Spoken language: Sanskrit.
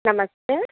नमस्ते